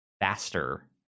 faster